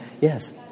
Yes